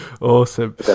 Awesome